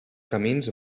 camins